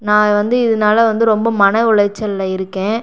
நான் வந்து இதனால வந்து ரொம்ப மன உளைச்சலில் இருக்கேன்